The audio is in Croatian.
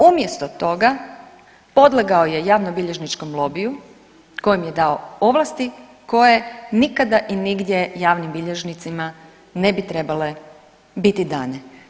Umjesto toga podlegao je javnobilježničkom lobiju kojem je dao ovlasti koje nikada i nigdje javnim bilježnicima ne bi trebale biti dane.